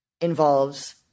involves